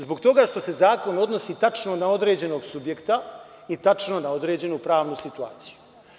Zbog toga što se zakon odnosi tačno na određenog subjekta i tačno na određenu pravnu situaciju.